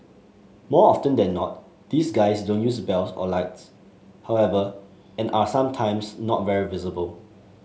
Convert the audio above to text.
more often than not these guys don't use bells or lights however and are sometimes not very visible